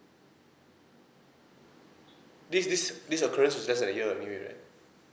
this this this occurrence is less than a year anyway right